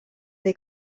they